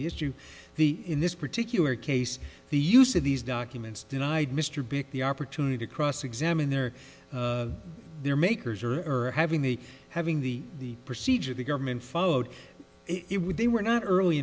the issue the in this particular case the use of these documents denied mr big the opportunity to cross examine their or their makers or having the having the procedure the government followed it with they were not early